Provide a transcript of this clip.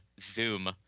Zoom